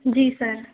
जी sir